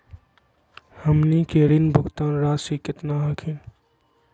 हमनी के ऋण भुगतान रासी केतना हखिन?